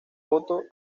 fotos